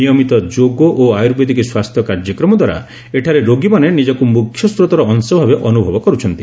ନିୟମିତ ଯୋଗ ଓ ଆୟୁବୈଦିକ ସ୍ୱାସ୍ଥ୍ୟ କାର୍ଯ୍ୟକ୍ରମ ଦ୍ୱାରା ଏଠାରେ ରୋଗୀମାନେ ନିଜକୁ ମୁଖ୍ୟସ୍ରୋତର ଅଂଶଭାବେ ଅନୁଭବ କରୁଛନ୍ତି